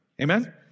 Amen